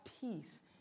peace